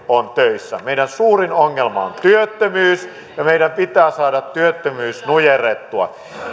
on töissä meidän suurin ongelmamme on työttömyys ja meidän pitää saada työttömyys nujerrettua